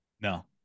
no